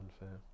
unfair